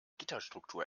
gitterstruktur